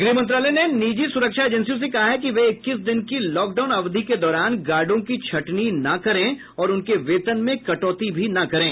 गृह मंत्रालय ने निजी सुरक्षा एजेंसियों से कहा है कि वे इक्कीस दिन की लॉकडाउन अवधि के दौरान गार्डों की छंटनी न करें और उनके वेतन में कटौती भी न करें